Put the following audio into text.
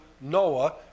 Noah